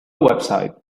website